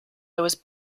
was